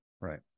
Right